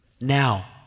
Now